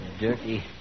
dirty